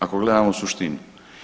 Ako gledamo u suštinu.